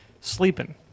sleeping